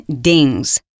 dings